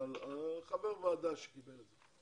חבר ועדה שקיבל את זה,